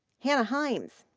hannah himes,